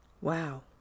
Wow